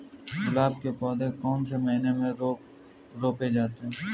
गुलाब के पौधे कौन से महीने में रोपे जाते हैं?